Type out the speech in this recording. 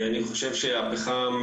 אני חושב שהפחם,